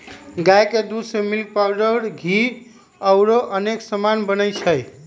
गाई के दूध से मिल्क पाउडर घीउ औरो अनेक समान बनै छइ